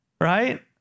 right